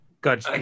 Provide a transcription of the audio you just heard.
Good